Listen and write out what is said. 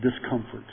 discomfort